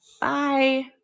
Bye